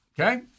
Okay